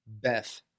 Beth